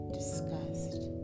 discussed